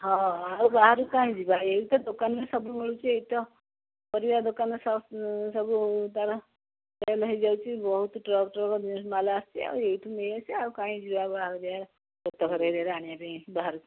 ହଁ ଆଉ ବାହାରୁ କାହିଁ ଯିବା ଏଇ ତ ଦୋକାନରେ ସବୁ ମିଳୁଛି ଏଇ ତ ପରିବା ଦୋକାନରେ ସବୁ ତା'ର ସେଲ୍ ହେଇଯାଉଛି ବହୁତ ଟ୍ରକ୍ ଟ୍ରକ୍ ମାଲ୍ ଆସୁଛି ଆଉ ଏଇଠୁ ନେଇ ଆସିବା ଆଉ କାହିଁକି ଯିବା ବାହାରୁ ଗୋଟେ ଏରିଆ'ରେ ଆଣିବା ପାଇଁ ବାହାରୁ